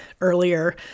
earlier